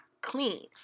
clean